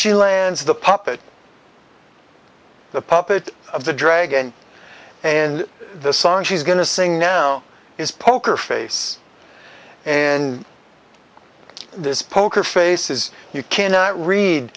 she lands the puppet the puppet of the dragon and the son she's going to sing now is poker face and this poker face is you cannot read